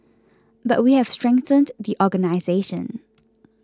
but we have strengthened the organisation